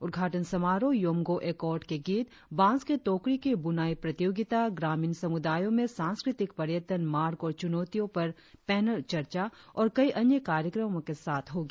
उदघाटन समारोह योमगो एकॉर्ड के गीत बांस के टोकरी की बुनाई प्रतियोगिता ग्रामीण समुदायों में सांस्कृतिक पर्यटन मार्ग और च्रनौतियाँ पर पैनल चर्चा और कई अन्य कार्यक्रमों के साथ होगी